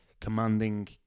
commanding